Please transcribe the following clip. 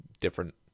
different